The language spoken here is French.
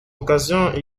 occasions